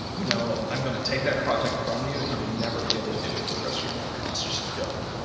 you know i'm going to take that project from you? and you'll never be able to do it for the rest of your life. it's just done.